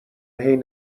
حین